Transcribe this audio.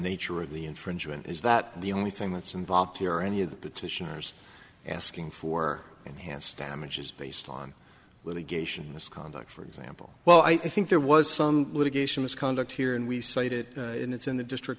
nature of the infringer is that the only thing that's involved here any of the petitioners asking for enhanced damages based on litigation misconduct for example well i think there was some litigation misconduct here and we cited and it's in the district